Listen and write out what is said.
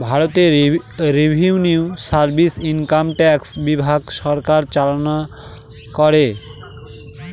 ভারতে revenue service income tax বিভাগ সরকার চালনা করে